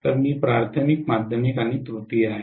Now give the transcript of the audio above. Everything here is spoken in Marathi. तर मी प्राथमिक माध्यमिक आणि तृतीय आहे